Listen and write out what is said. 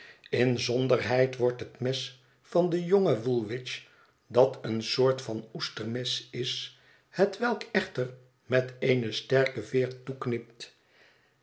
inzonderheid wordt het mes van den jongen woolwich dat een soort van oestermes is hetwelk echter met eene sterke veer toeknipt